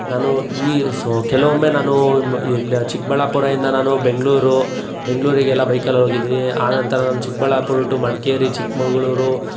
ನಾನು ಈ ಸೊ ಕೆಲವೊಮ್ಮೆ ನಾನು ಇಲ್ಲಿ ಚಿಕ್ಕಬಳ್ಳಾಪುರದಿಂದ ನಾನು ಬೆಂಗಳೂರು ಬೆಂಗಳೂರಿಗೆಲ್ಲ ಬೈಕಲ್ಲಿ ಹೋಗಿದ್ದೀನಿ ಅನಂತರ ನಾನು ಚಿಕ್ಕಬಳ್ಳಾಪುರ ಟು ಮಡಿಕೇರಿ ಚಿಕ್ಕಮಗಳೂರು